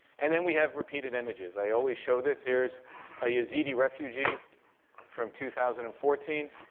and then we have repeated images. i always show this. here's a yazidi refugee from two thousand and fourteen.